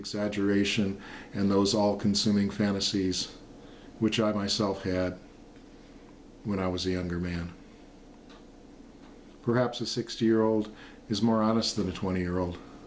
exaggeration and those all consuming fantasies which i myself had when i was a younger man perhaps a sixty year old is more honest than a twenty year old